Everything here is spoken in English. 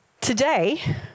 Today